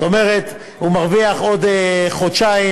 זאת אומרת, הוא מרוויח עוד חודשיים